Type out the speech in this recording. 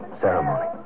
ceremony